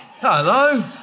Hello